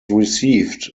received